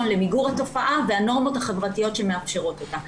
למיגור התופעה והנורמות החברתיות שמאפשרות אותה.